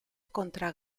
contra